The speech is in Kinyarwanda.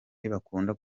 ntibakunda